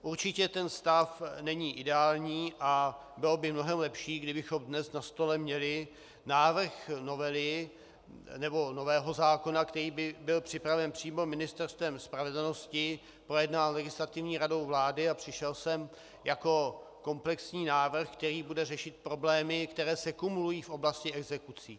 Určitě ten stav není ideální a bylo by mnohem lepší, kdybychom dnes na stole měli návrh novely nebo nového zákona, který by byl připraven přímo Ministerstvem spravedlnosti, projednán legislativní radou vlády a přišel sem jako komplexní návrh, který bude řešit problémy, které se kumulují v oblasti exekucí.